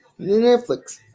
Netflix